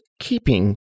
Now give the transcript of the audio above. keeping